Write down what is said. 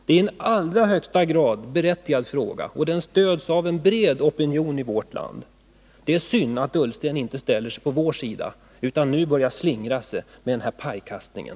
Det är en i allra högsta grad berättigad fråga, och den stöds av en bred opinion i vårt land. Det är synd att herr Ullsten inte ställer sig på vår sida utan nu börjar slingra sig med den här pajkastningen.